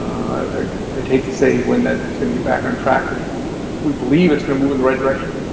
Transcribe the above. i'd i'd hate to say when that's going to get back on track, but we believe it's going to move in the right direction.